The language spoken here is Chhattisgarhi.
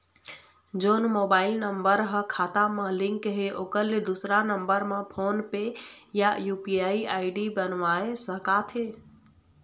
जोन मोबाइल नम्बर हा खाता मा लिन्क हे ओकर ले दुसर नंबर मा फोन पे या यू.पी.आई आई.डी बनवाए सका थे?